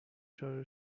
چادر